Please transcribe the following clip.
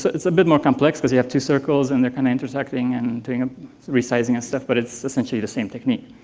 so it's a bit more complex because you have two circles and they're kind of intersecting and doing ah resizing and stuff, but it's essentially the same technique.